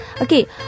Okay